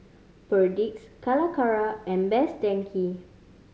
Perdix Calacara and Best Denki